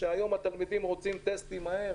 שהיום התלמידים רוצים טסטים מהר.